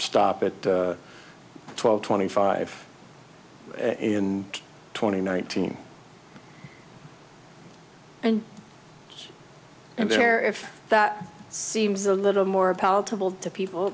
stop at twelve twenty five and twenty nineteen and and there if that seems a little more palatable to people